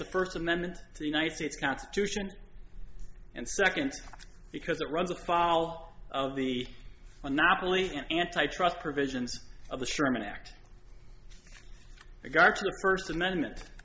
the first amendment to the united states constitution and second because it runs the fall of the anomaly in an anti trust provisions of the sherman act regard to the first amendment